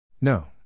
No